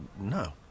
No